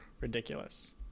ridiculous